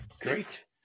great